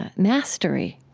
ah mastery,